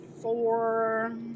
four